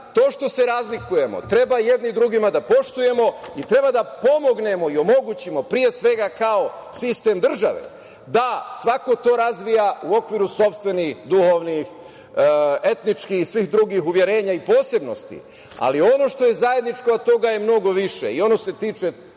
to što se razlikujemo, treba jedni drugima da poštujemo i treba da pomognemo i da omogućimo, pre svega, kao sistem države da svako to razvija u okviru sopstvenih, duhovnih, etničkih i svih drugih uverenja i posebnosti, ali ono što je zajedničko, i toga je mnogo više, i ono se tiče